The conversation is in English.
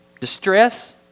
distress